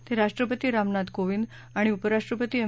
ते राष्ट्रपती रामनाथ कोविंद आणि उपराष्ट्रपती एम